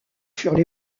furent